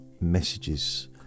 messages